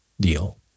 deal